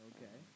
Okay